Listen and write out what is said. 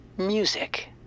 Music